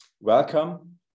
welcome